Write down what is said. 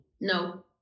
No